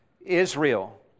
Israel